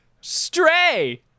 stray